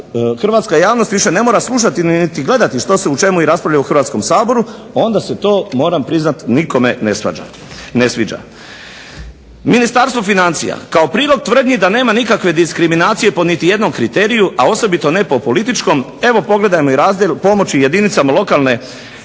hrvatska javnost više ne mora slušati niti gledati što se i o čemu raspravlja u Hrvatskom saboru onda se to moram priznati nikome ne sviđa. Ministarstvo financija. Kao prilog tvrdnje da nema nikakve diskriminacije po niti jednom kriteriju, a osobito ne po političkom evo pogledajmo i razdjel pomoći jedinicama lokalne